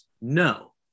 No